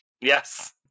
Yes